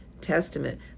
Testament